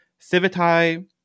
civitai